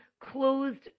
Closed